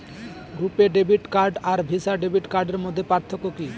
রূপে debit card আর Visa debit কার্ডের মধ্যে পার্থক্য কি?